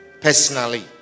personally